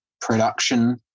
production